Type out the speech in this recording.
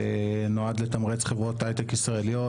נועד לתמרץ חברות הייטק ישראליות,